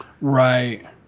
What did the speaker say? Right